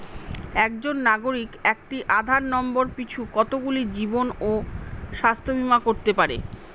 একজন নাগরিক একটি আধার নম্বর পিছু কতগুলি জীবন ও স্বাস্থ্য বীমা করতে পারে?